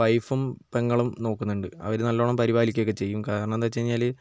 വൈഫും പെങ്ങളും നോക്കുന്നുണ്ട് അവർ നല്ലോണം പരിപാലിക്കുകയൊക്കെ ചെയ്യും കാരണം എന്താണെന്ന് വച്ച് കഴിഞ്ഞാൽ